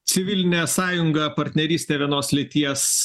civilinė sąjunga partnerystė vienos lyties